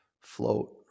float